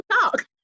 talk